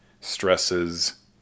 stresses